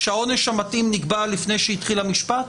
כשהעונש המתאים נקבע לפני שהתחיל המשפט?